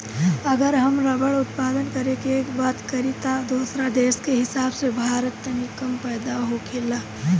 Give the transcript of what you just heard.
अगर हम रबड़ उत्पादन करे के बात करी त दोसरा देश के हिसाब से भारत में तनी कम पैदा होखेला